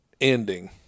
ending